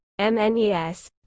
MNES